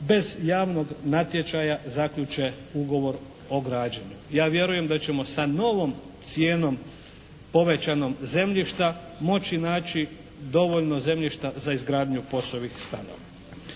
bez javnog natječaja zaključe ugovor o građenju. Ja vjerujem da ćemo sa novom cijenom povećanom zemljišta moći naći dovoljno zemljišta za izgradnju POS-ovih stanova.